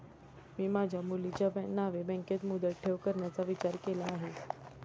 मी माझ्या मुलीच्या नावे बँकेत मुदत ठेव करण्याचा विचार केला आहे